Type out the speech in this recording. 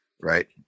right